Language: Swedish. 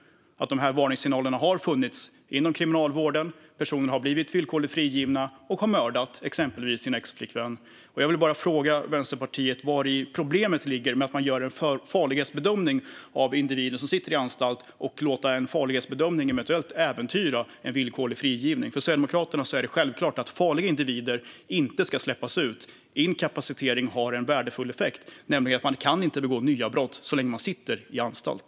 Varningssignalerna har funnits inom kriminalvården, och personer har blivit villkorligt frigivna och mördat exempelvis sin exflickvän. Jag vill bara fråga Vänsterpartiet vari problemet ligger med att man gör en farlighetsbedömning av individer som sitter på anstalt och att man låter farlighetsbedömningen eventuellt äventyra en villkorlig frigivning. För Sverigedemokraterna är det självklart att farliga individer inte ska släppas. Inkapacitering har en värdefull effekt - man kan nämligen inte begå nya brott så länge man sitter på anstalt.